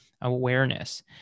awareness